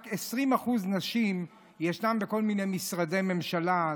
יש רק 20% נשים בכל מיני משרדי ממשלה,